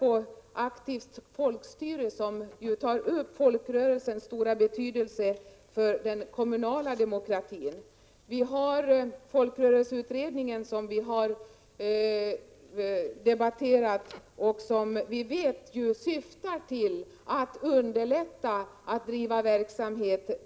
I Aktivt folkstyre tas folkrörelsernas stora betydelse för den kommunala demokratin upp. Vi har debatterat folkrörelseutredningen, som vi ju vet syftar till att underlätta för folkrörelserna att driva verksamhet.